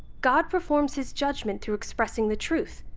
god performs his judgment through expressing the truth.